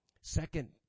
Second